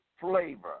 flavor